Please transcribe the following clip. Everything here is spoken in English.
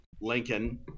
Lincoln